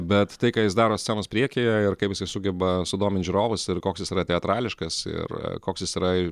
bet tai ką jis daro scenos priekyje ir kaip jisai sugeba sudomint žiūrovus ir koks jis yra teatrališkas ir koks jis yra